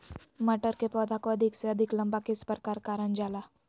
मटर के पौधा को अधिक से अधिक लंबा किस प्रकार कारण जाला?